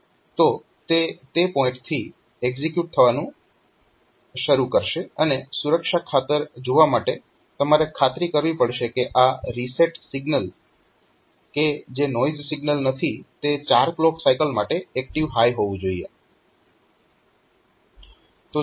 તો તે તે પોઇન્ટથી એક્ઝીક્યુટ થવાનું શરૂ કરશે અને સુરક્ષા ખાતર જોવા માટે તમારે ખાતરી કરવી પડશે કે આ રીસેટ સિગ્નલ કે જે નોઇઝ સિગ્નલ નથી તે 4 ક્લોક સાયકલ માટે એક્ટીવ હાય હોવું જોઈએ